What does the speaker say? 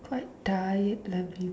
quite tired lah